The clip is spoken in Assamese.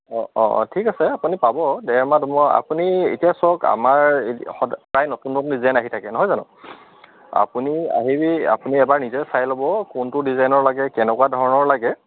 অঁ অঁ অঁ ঠিক আছে আপুনি পাব ডেৰ মাহ দুমাহত আপুনি এতিয়া চাওক আমাৰ সদায় নতুন নতুন ডিজাইন আহি থাকে নহয় জানো আপুনি আহি আপুনি এবাৰ নিজে চাই ল'ব কোনটো ডিজাইনৰ লাগে কেনেকুৱা ধৰণৰ লাগে